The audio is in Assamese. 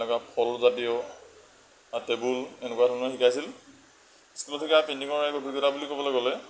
এনেকুৱা ফলজাতীয় বা টেবুল এনেকুৱা ধৰণৰ শিকাইছিল স্কুলত শিকা পেইণ্টিঙৰ অভিজ্ঞতা বুলি ক'বলৈ গ'লে